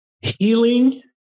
healing